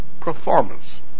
performance